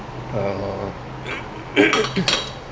oh